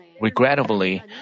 regrettably